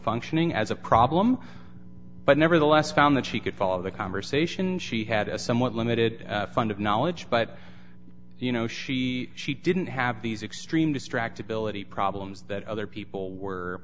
functioning as a problem but nevertheless found that she could follow the conversation she had a somewhat limited fund of knowledge but you know she she didn't have these extreme distractibility problems that other people were